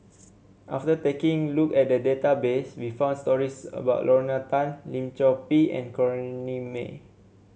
after taking look at the database we found stories about Lorna Tan Lim Chor Pee and Corrinne May